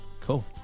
cool